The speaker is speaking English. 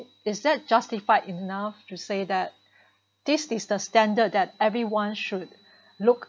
is that justified enough to say that this is the standard that everyone should look